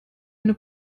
eine